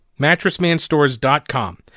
Mattressmanstores.com